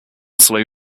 slow